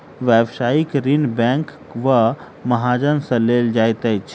व्यवसायिक ऋण बैंक वा महाजन सॅ लेल जाइत अछि